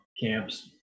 camps